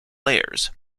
layers